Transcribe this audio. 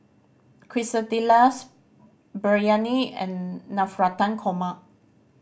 Quesadillas Biryani and Navratan Korma